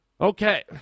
Okay